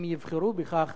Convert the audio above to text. אם יבחרו בכך,